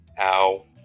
Ow